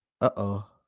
uh-oh